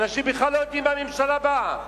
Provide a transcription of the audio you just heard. אנשים בכלל לא יודעים עם מה הממשלה באה,